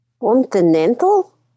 Continental